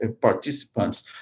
participants